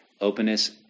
openness